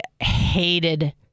hated